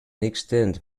extent